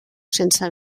sense